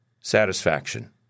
Satisfaction